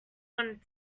want